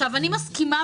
אני מסכימה,